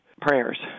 prayers